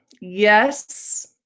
Yes